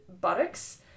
buttocks